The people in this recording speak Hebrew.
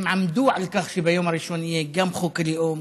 הם עמדו על כך שביום הראשון יהיה גם חוק הלאום,